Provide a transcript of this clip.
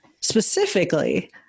specifically